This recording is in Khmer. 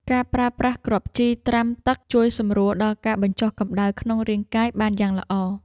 ការប្រើប្រាស់គ្រាប់ជីត្រាំទឹក ជួយសម្រួលដល់ការបញ្ចុះកម្តៅក្នុងរាងកាយបានយ៉ាងល្អ។